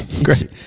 great